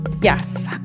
Yes